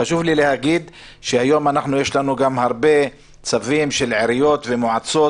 חשוב לי להגיד שהיום יש לנו הרבה צווים של עיריות ומועצות